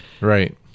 Right